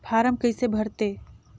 Form कइसे भरते?